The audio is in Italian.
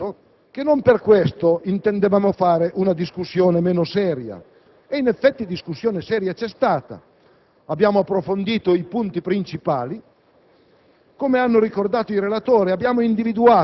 detto e - mi pare - mantenuto che non per questo intendevamo fare una discussione meno seria. In effetti, discussione seria c'è stata: abbiamo approfondito i punti principali;